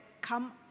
come